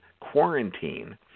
quarantine